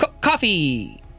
coffee